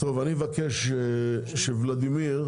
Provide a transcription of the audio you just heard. אבקש שוולדימיר